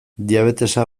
diabetesa